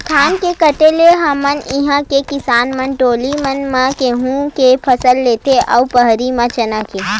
धान के कटे ले हमर इहाँ के किसान मन डोली मन म गहूँ के फसल लेथे अउ भर्री म चना के